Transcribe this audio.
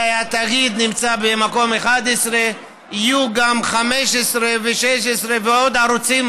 והתאגיד נמצא במקום 11. יהיו גם 15 ו-16 ועוד ערוצים,